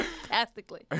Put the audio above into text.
fantastically